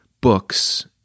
books